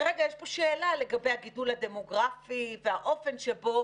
שרגע יש פה שאלה לגבי הגידול הדמוגרפי והאופן שבו